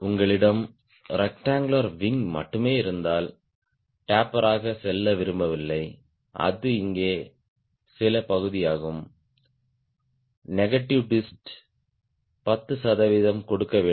உங்களிடம் rectangular wing மட்டுமே இருந்தால் டேப்பர் ஆக செல்ல விரும்பவில்லை அது இங்கே சில பகுதியாகும் நெகட்டிவ் ட்விஸ்ட் 10 சதவிகிதம் கொடுக்க வேண்டும்